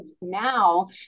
now